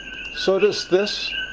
so does this,